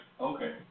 Okay